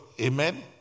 Amen